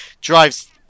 drives